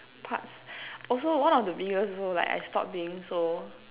parts also one of the biggest also like I stop being so